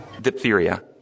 diphtheria